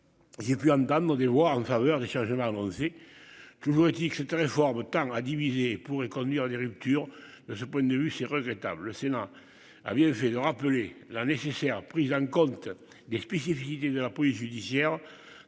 J'ai pu des voix en faveur des changements annoncés. Toujours est-il que cette réforme tend à diviser pourrait conduire les ruptures de ce point de vue c'est regrettable Sénat a bien fait de rappeler la nécessaire prise en compte des spécificités de la police judiciaire